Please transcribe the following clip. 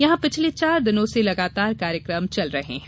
यहां पिछले चार दिन से लगातार कार्यक्रम चल रहे हैं